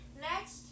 Next